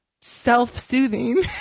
self-soothing